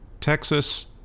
Texas